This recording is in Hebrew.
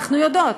אנחנו יודעות,